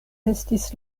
estis